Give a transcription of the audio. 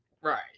right